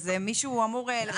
אז מישהו אמור לפקח.